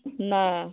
नहि